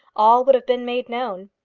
all would have been made known.